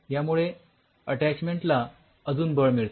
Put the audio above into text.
यामुळे अटॅचमेंट ला अजून बळ मिळते